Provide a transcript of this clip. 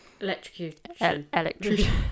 electrocution